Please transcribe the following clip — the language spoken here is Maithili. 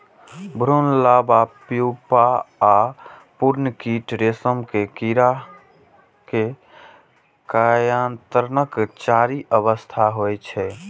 भ्रूण, लार्वा, प्यूपा आ पूर्ण कीट रेशम के कीड़ा के कायांतरणक चारि अवस्था होइ छै